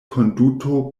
konduto